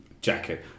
jacket